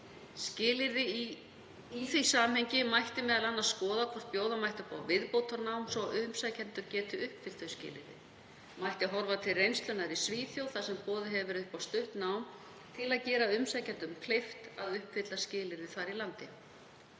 Í því samhengi mætti m.a. skoða hvort bjóða mætti upp á viðbótarnám svo að umsækjendur geti uppfyllt þau skilyrði. Mætti horfa til reynslunnar í Svíþjóð þar sem boðið hefur verið upp á stutt nám til að gera umsækjendum kleift að uppfylla skilyrði þar í landi.